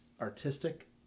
artistic